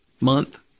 month